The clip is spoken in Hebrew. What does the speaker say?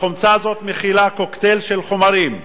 החומצה הזאת מכילה קוקטייל של חומרים,